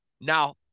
Now